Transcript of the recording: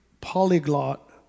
polyglot